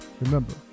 Remember